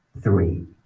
three